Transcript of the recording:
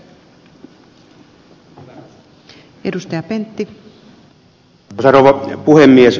arvoisa rouva puhemies